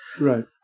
Right